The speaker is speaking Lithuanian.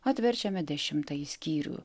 atverčiame dešimtąjį skyrių